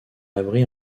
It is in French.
abri